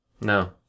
No